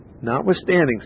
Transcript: Notwithstanding